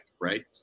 right